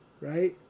right